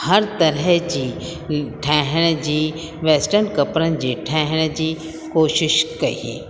हर तरह जी ठाहिण जी वेस्टर्न कपिड़नि जे ठाहिण जी कोशिश कई